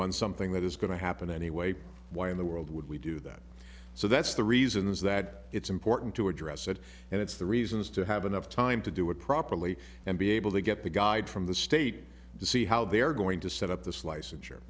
on something that is going to happen anyway why in the world would we do that so that's the reasons that it's important to address it and it's the reasons to have enough time to do it properly and be able to get the guide from the state to see how they're going to set up the slice ensure